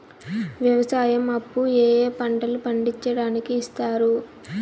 వ్యవసాయం అప్పు ఏ ఏ పంటలు పండించడానికి ఇస్తారు?